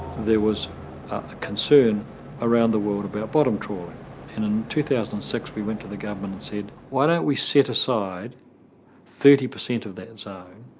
there was a concern around the world about bottom trawling. and in two thousand and six, we went to the government and said why don't we set aside thirty percent of that zone